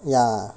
ya